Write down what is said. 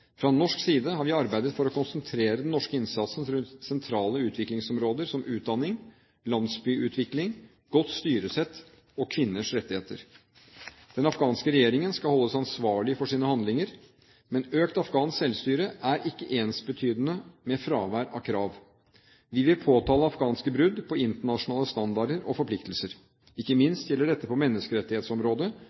Fra norsk side har vi arbeidet for å konsentrere den norske innsatsen rundt sentrale utviklingsområder som utdanning, landsbyutvikling, godt styresett og kvinners rettigheter. Den afghanske regjeringen skal holdes ansvarlig for sine handlinger. Men økt afghansk selvstyre er ikke ensbetydende med fravær av krav. Vi vil påtale afghanske brudd på internasjonale standarder og forpliktelser. Ikke minst gjelder dette på menneskerettighetsområdet,